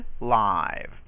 live